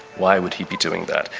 why would he be doing that?